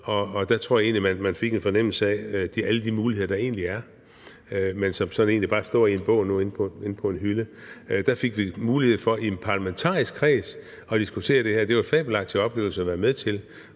og der tror jeg egentlig man fik en fornemmelse af alle de muligheder, der egentlig er, men som sådan egentlig bare står i en bog nu inde på en hylde. Der fik vi mulighed for i en parlamentarisk kreds at diskutere det her. Det var en fabelagtig oplevelse at være med til,